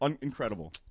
incredible